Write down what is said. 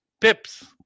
Pips